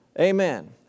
Amen